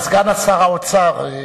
סגן שר האוצר.